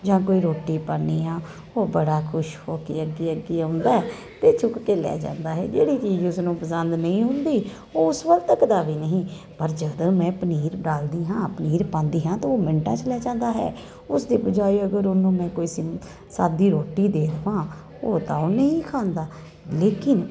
ਜਾਂ ਕੋਈ ਰੋਟੀ ਪਾਨੀ ਆ ਉਹ ਬੜਾ ਖੁਸ਼ ਹੋ ਕੇ ਅੱਧੀ ਅੱਗੇ ਆਉਂਦਾ ਤੇ ਚੁੱਕ ਕੇ ਲੈ ਜਾਂਦਾ ਹੈ ਜਿਹੜੀ ਚੀਜ਼ ਨੂੰ ਪਸੰਦ ਨਹੀਂ ਹੁੰਦੀ ਉਸ ਵੱਲ ਤੱਕਦਾ ਵੀ ਨਹੀਂ ਪਰ ਜਦੋਂ ਮੈਂ ਪਨੀਰ ਡਾਲਦੀ ਹਾਂ ਪਨੀਰ ਪਾਂਦੀ ਹਾਂ ਤਾ ਉਹ ਮਿੰਟਾਂ ਚ ਲੈ ਜਾਂਦਾ ਹੈ ਉਸਦੇ ਬਜਾਏ ਅਗਰ ਉਹਨੂੰ ਮੈਂ ਕੋਈ ਸਿੰਪ ਸਾਦੀ ਰੋਟੀ ਦੇ ਦਵਾਂ ਉਹ ਤਾਂ ਉਹਨੇ ਹੀ ਖਾਂਦਾ ਲੇਕਿਨ